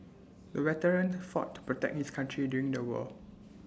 the veteran fought to protect his country during the war